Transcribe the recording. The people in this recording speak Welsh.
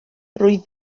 rwyf